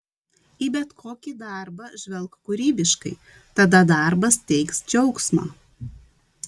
į bet kokį darbą žvelk kūrybiškai tada darbas teiks džiaugsmą